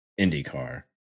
IndyCar